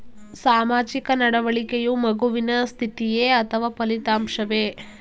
ಸಾಮಾಜಿಕ ನಡವಳಿಕೆಯು ಮಗುವಿನ ಸ್ಥಿತಿಯೇ ಅಥವಾ ಫಲಿತಾಂಶವೇ?